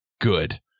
good